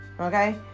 Okay